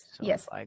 yes